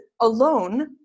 alone